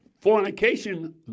fornication